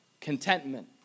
contentment